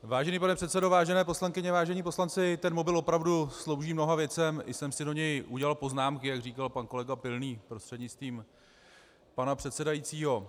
Vážený pane předsedo, vážené poslankyně, vážení poslanci, ten mobil opravdu slouží mnoha věcem, i jsem si do něj udělal poznámky, jak říkal pan kolega Pilný prostřednictvím pana předsedajícího.